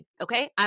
okay